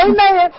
Amen